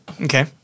Okay